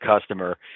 customer